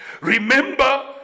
Remember